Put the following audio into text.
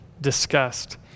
discussed